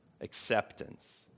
acceptance